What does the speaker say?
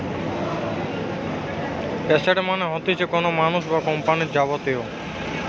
asset মানে হতিছে কোনো মানুষ বা কোম্পানির যাবতীয়